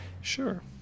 Sure